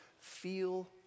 feel